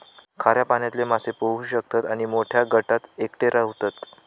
खाऱ्या पाण्यातले मासे पोहू शकतत आणि मोठ्या गटात एकटे रव्हतत